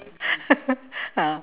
ah